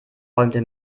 räumte